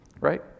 Right